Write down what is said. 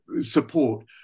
Support